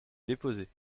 déposés